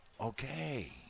Okay